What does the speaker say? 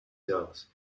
jahres